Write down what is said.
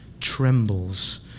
trembles